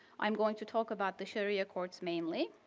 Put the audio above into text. i'm going to talk about the sharia courts mainly,